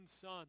son